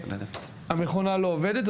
המכונה לא עובדת,